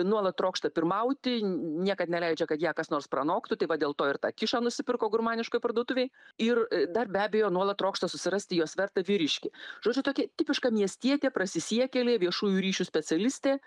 nuolat trokšta pirmauti niekad neleidžia kad ją kas nors pranoktų tai va dėl to ir tą kišą nusipirko gurmaniškoj parduotuvėj ir dar be abejo nuolat trokšta susirasti jos vertą vyriškį žodžiu tokia tipiška miestietė prasisiekėlė viešųjų ryšių specialistė